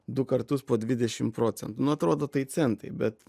du kartus po dvidešim procentų nu atrodo tai centai bet